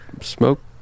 Smoke